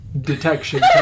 detection